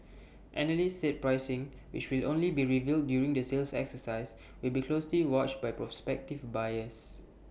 analysts said pricing which will only be revealed during the sales exercise will be closely watched by prospective buyers